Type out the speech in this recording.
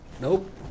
Nope